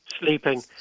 sleeping